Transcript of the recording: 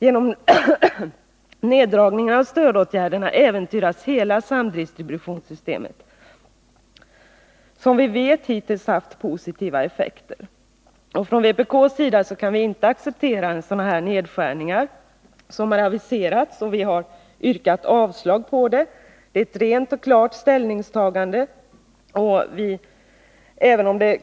Genom neddragningen av stödåtgärderna äventyras hela samdistributionssystemet. Vi vet att stödet hittills haft positiva effekter. Från vpk:s sida kan vi inte acceptera sådana här nedskärningar som har aviserats, och vi har yrkat avslag på det förslaget. Det är ett rent och klart ställningstagande.